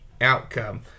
outcome